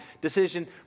decision